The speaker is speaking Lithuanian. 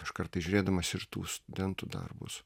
aš kartais žiūrėdamas ir tų studentų darbus